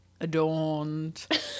adorned